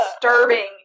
disturbing